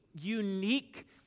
unique